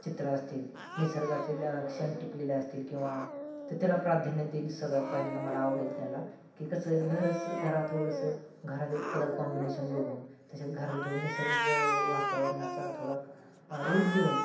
चित्रं असतील निसर्गातील क्षण टिपलेले असतील किंवा त त्याला प्राधान्य देईल सगळ्यात पहिल्यांदा मला आवडेल त्यांना की कसं घरचं जरा थोडंसं घरातील कलर कॉम्बिनेशन बघून तसेच घराला थोडं निसर्ग वातावरणाचा थोडा लुक देऊन